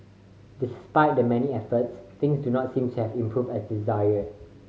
despite the many efforts things do not seem to have improved as desired